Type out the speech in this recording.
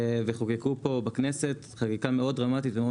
וחוקקו פה בכנסת חקיקה מאוד דרמטית ומאוד